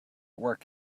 work